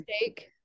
take